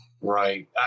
Right